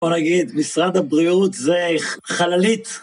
בוא נגיד, משרד הבריאות זה ח.. חללית.